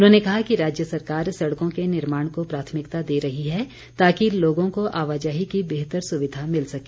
उन्होंने कहा कि राज्य सरकार सड़कों के निर्माण को प्राथमिकता दे रही है ताकि लोगों को आवाजाही की बेहतर सुविधा मिल सके